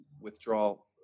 withdrawal